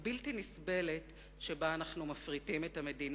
הבלתי-נסבלת שבה אנחנו מפריטים את המדינה,